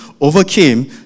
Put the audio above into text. overcame